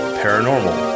paranormal